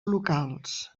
locals